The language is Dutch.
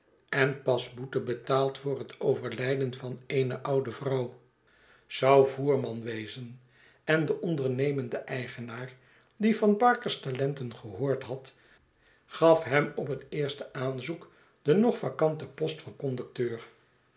en pas boete betaald voor het overrijden van eene oude vrouw zou voerman wezen en de ondernemende eigenaar die van barker's talenten gehoord had gaf hem op het eerste aanzoek den nog vacanten post van conducteur